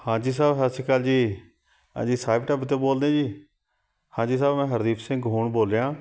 ਹਾਂਜੀ ਸਾਹਿਬ ਸਤਿ ਸ਼੍ਰੀ ਅਕਾਲ ਜੀ ਹਾਂਜੀ ਸਾਹਿਬ ਢਾਬੇ ਤੋਂ ਬੋਲਦੇ ਜੀ ਹਾਂਜੀ ਸਾਹਿਬ ਮੈਂ ਹਰਦੀਪ ਸਿੰਘ ਬੋਲ ਰਿਹਾ ਅਤੇ